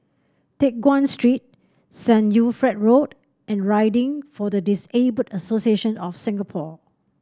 Teck Guan Street Saint Wilfred Road and Riding for the Disabled Association of Singapore